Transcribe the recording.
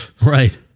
Right